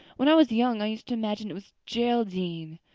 when i was young i used to imagine it was geraldine,